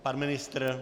Pan ministr?